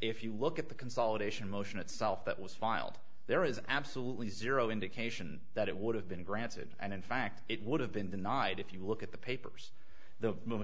if you look at the consolidation motion itself that was filed there is absolutely zero indication that it would have been granted and in fact it would have been denied if you look at the papers the mo